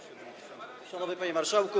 Szanowny Panie Marszałku!